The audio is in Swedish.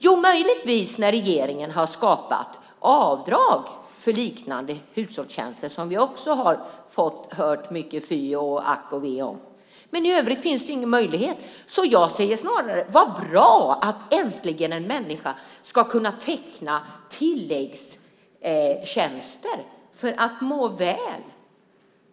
Jo, möjligtvis när regeringen har skapat avdrag för liknande hushållstjänster, som vi också har fått höra mycket fy, ack och ve om, men i övrigt finns det ingen möjlighet. Jag säger snarare: Vad bra att en människa äntligen ska kunna teckna tilläggstjänster för att må väl!